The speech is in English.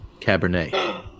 Cabernet